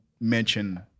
mention